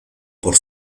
por